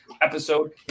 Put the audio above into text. episode